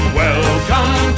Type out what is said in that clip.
welcome